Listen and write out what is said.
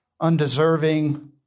undeserving